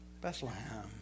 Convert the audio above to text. Bethlehem